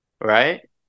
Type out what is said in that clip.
right